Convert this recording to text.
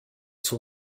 zur